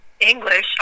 English